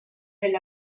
del